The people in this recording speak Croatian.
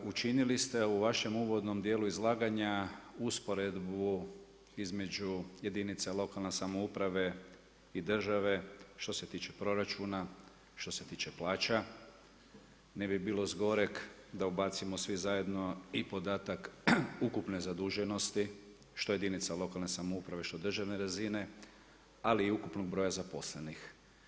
Učinili ste u vašem uvodnom dijelu izlaganja usporedbu između jedinica lokalne samouprave i države što se tiče proračuna, što se tiče plaća, ne bi bilo s goreg da ubacimo svi zajedno i podatak ukupne zaduženosti, što jedinica lokalne samouprave, što državne razine, ali i ukupnog broja zaposlenih.